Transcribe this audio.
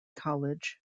college